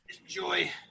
enjoy